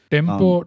Tempo